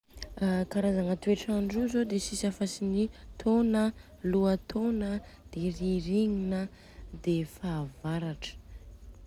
A karazagna thoetrandro io zô de tsisy afa si ny tôna an, loatôna an, rirignina an, de fahavaratra.